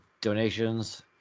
donations